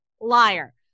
liar